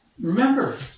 Remember